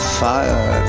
fire